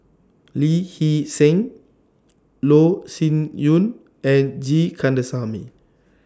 Lee Hee Seng Loh Sin Yun and G Kandasamy